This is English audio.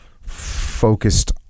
Focused